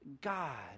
God